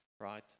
right